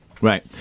Right